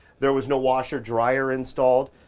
there was no washer-dryer installed.